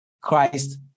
Christ